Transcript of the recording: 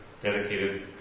dedicated